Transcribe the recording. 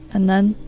and then,